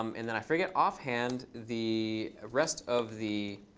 um and then i forget offhand the rest of the